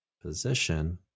position